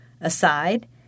aside